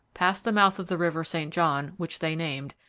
passed the mouth of the river st john, which they named,